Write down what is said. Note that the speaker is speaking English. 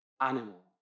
animal